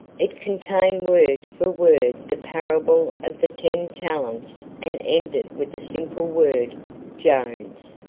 it contained word for word the parable of the ten talents and ended with the simple word jones.